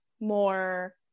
more